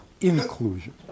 inclusion